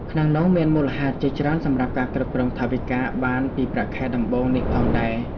ក្នុងនោះ មានមូលហេតុជាច្រើនសម្រាប់ការគ្រប់គ្រងថវិកាបានពីប្រាក់ខែដំបូងនេះផងដែរ ។